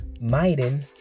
maiden